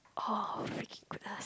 !aww! freaking goodness